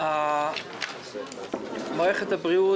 מערכת הבריאות,